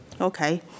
Okay